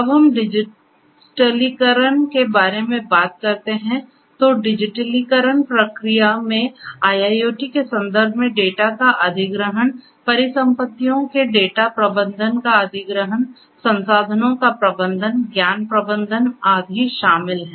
जब हम डिजिटलीकरण के बारे में बात करते हैं तो डिजिटलीकरण प्रक्रिया में IIoT के संदर्भ में डेटा का अधिग्रहण परिसंपत्तियों के डेटा प्रबंधन का अधिग्रहण संसाधनों का प्रबंधन ज्ञान प्रबंधन आदि शामिल हैं